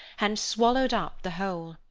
and swallowed up the whole.